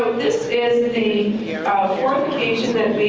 this is the the ah fourth occasion that